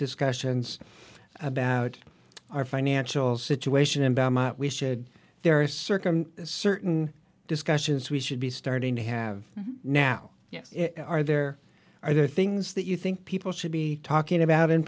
discussions about our financial situation and we should there are certain certain discussions we should be starting to have now are there are there things that you think people should be talking about in